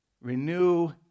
Renew